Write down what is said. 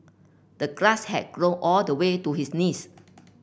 the grass had grown all the way to his knees